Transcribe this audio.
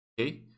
Okay